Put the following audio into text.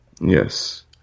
Yes